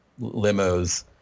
limos